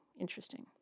interesting